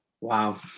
wow